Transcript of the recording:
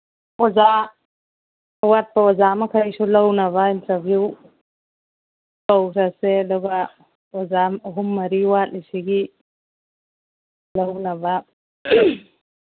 ꯑꯣꯖꯥ ꯑꯋꯥꯠꯄ ꯑꯣꯖꯥ ꯃꯈꯩꯁꯨ ꯂꯧꯅꯕ ꯏꯟꯇꯔꯚ꯭ꯌꯨ ꯇꯧꯔꯁꯦ ꯑꯗꯨꯒ ꯑꯣꯖꯥ ꯑꯍꯨꯝ ꯃꯔꯤ ꯋꯥꯠꯂꯤꯁꯤꯒꯤ ꯂꯧꯅꯕ